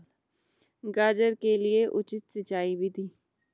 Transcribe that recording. गाजर के लिए उचित सिंचाई विधि?